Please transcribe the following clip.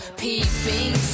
peeping